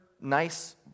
nice